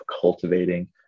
cultivating